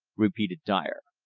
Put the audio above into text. repeated dyer.